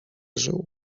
żył